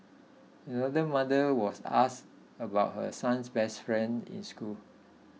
another mother was asked about her son's best friend in school